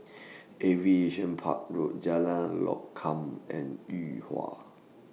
Aviation Park Road Jalan Lokam and Yuhua